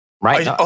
Right